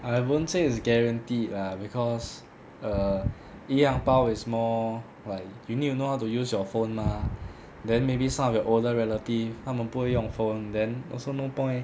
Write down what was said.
I won't say is guaranteed lah because err E ang pao is more like you need to know how to use your phone mah then maybe some of your older relative 他们不会用 phone then also no point